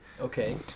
Okay